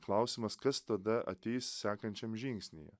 klausimas kas tada ateis sekančiam žingsnyje